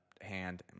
hand